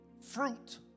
fruit